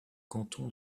canton